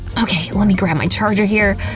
okay, lemme grab my charger here,